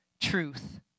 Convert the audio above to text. truth